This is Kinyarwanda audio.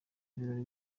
birori